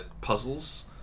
puzzles